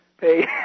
pay